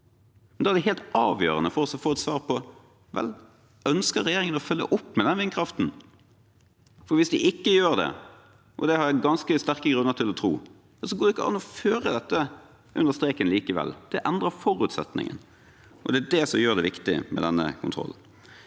er det helt avgjørende for oss å få et svar på om regjeringen ønsker å følge opp med den vindkraften. Hvis de ikke gjør det – og det har jeg ganske sterke grunner til å tro – går det ikke an å føre dette under streken likevel. Det endrer forutsetningen, og det er det som gjør det viktig med denne kontrollen.